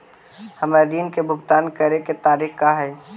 हमर ऋण के भुगतान करे के तारीख का हई?